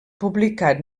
publicat